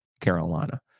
Carolina